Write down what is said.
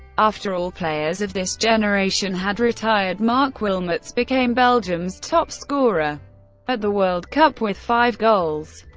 after all players of this generation had retired, marc wilmots became belgium's top scorer at the world cup with five goals.